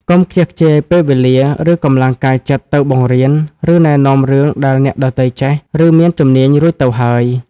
កុំខ្ជះខ្ជាយពេលវេលា ឬកម្លាំងកាយចិត្តទៅបង្រៀន ឬណែនាំរឿងដែលអ្នកដទៃចេះ ឬមានជំនាញរួចទៅហើយ។